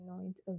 anoint